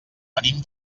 venim